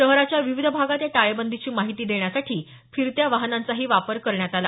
शहराच्या विविध भागात या टाळेबंदीची माहिती देण्यासाठी फिरत्या वाहनांचाही वापर करण्यात आला